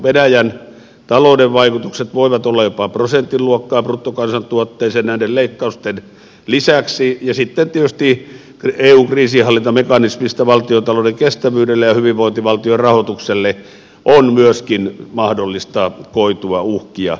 venäjän talouden vaikutukset bruttokansantuotteeseen voivat olla jopa prosentin luokkaa näiden leikkausten lisäksi ja sitten tietysti eun kriisinhallintamekanismista valtiontalouden kestävyydelle ja hyvinvointivaltion rahoitukselle on myöskin mahdollista koitua uhkia